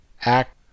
act